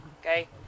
Okay